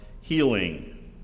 healing